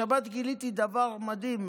השבת גיליתי דבר מדהים.